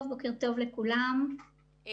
האחרונות,